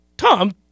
Tom